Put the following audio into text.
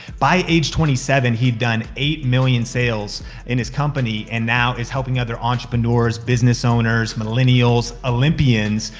by age twenty seven, he'd done eight million sales in his company, and now is helping other entrepreneurs, business owners, millennials, olypmians,